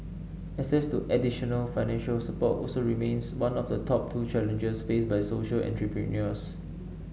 access to additional financial support also remains one of the top two challenges faced by social entrepreneurs